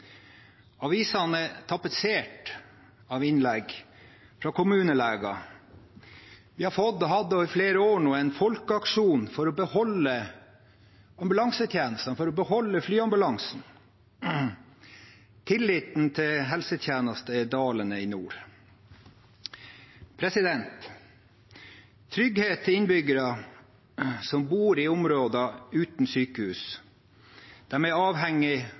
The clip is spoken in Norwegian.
Avisene er tapetsert med innlegg fra kommuneleger, og vi har i flere år nå hatt en folkeaksjon for å beholde ambulansetjenesten, for å beholde flyambulansen. Tilliten til helsetjenesten er dalende i nord. Trygghet for innbyggere som bor i områder uten sykehus, er avhengig